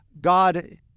God